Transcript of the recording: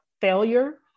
failure